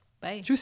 Bye